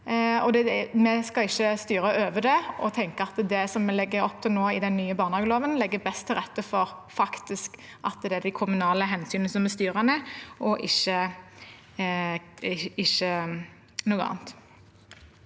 Vi skal ikke styre over det. Vi tenker at det vi legger opp til nå i den nye barnehageloven, legger best til rette for at det er de kommunale hensynene som er styrende, og ikke noe annet.